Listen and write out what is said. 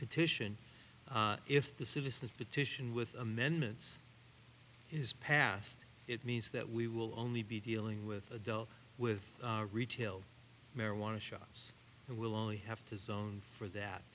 petition if the citizens petition with amendments is passed it means that we will only be dealing with adults with retail marijuana shops and we'll only have to zoned for that